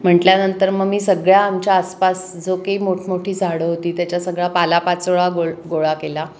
म्हटल्यानंतर मग मी सगळ्या आमच्या आसपास जो काई मोठमोठी झाडं होती त्याच्या सगळा पालापाचोळा गो गोळा केला